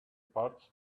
parts